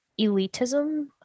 elitism